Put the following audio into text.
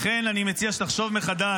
לכן אני מציע שתחשוב מחדש.